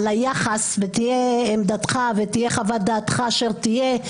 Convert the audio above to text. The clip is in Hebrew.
על היחס ותהיה עמדתך ותהיה חוות דעתך אשר תהיה,